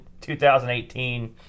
2018